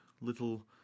little